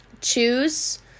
choose